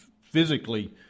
physically